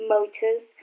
Motors